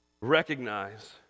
recognize